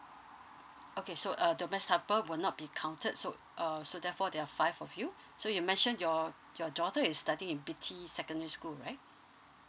okay so uh the maid helper will not be counted so uh so therefore there are five of you so you mentioned your your daughter is studying in B_T secondary school right